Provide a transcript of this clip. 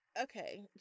Okay